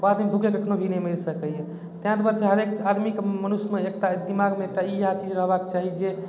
बादमे भूखे कखनो भी नहि मरि सकैए ताहि दुआरे छै हरेक आदमीके मनुष्यमे एकटा दिमागमे एकटा ई इएह चीज रहबाके चाही जे